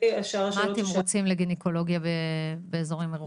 מה התמריצים לגבי גניקולוגיה באזורים מרוחקים?